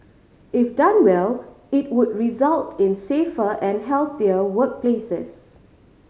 if done well it would result in safer and healthier workplaces